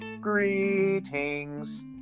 Greetings